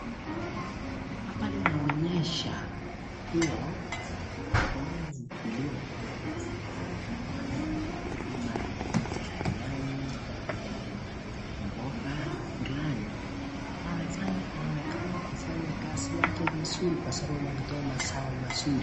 Hapa inaonesha kuwa huyu ni mkilima, anayefanya ukulima ya nyanya, mboga fulani . Anaonekana kufanya kazi yake vizuri kwa sababu anatoa mazio vizuri.